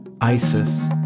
Isis